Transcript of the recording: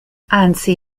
anzi